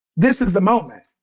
this is the moment.